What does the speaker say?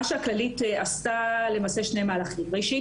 מה שהכללית עשתה ראשית,